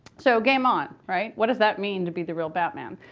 so game on, right? what does that mean to be the real batman?